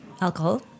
alcohol